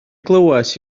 glywais